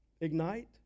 Ignite